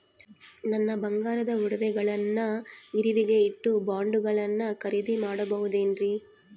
ನನ್ನ ಬಂಗಾರದ ಒಡವೆಗಳನ್ನ ಗಿರಿವಿಗೆ ಇಟ್ಟು ಬಾಂಡುಗಳನ್ನ ಖರೇದಿ ಮಾಡಬಹುದೇನ್ರಿ?